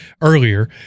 earlier